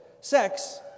sex